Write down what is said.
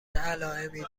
علائمی